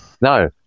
No